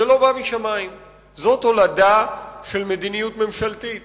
זו תולדה של מדיניות ממשלתית